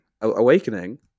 awakening